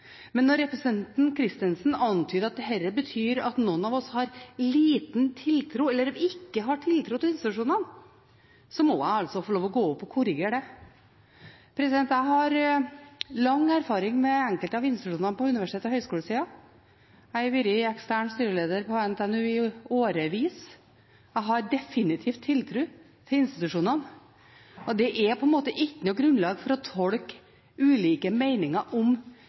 men når representanten Kristensen antyder at dette betyr at noen av oss har liten eller ingen tiltro til institusjonene, må jeg få lov til å gå opp og korrigere det. Jeg har lang erfaring med enkelte av institusjonene på universitets- og høyskolesiden. Jeg har vært ekstern styreleder på NTNU i årevis. Jeg har definitivt tiltro til institusjonene. Det er ikke noe grunnlag for å tolke ulike meninger om